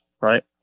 right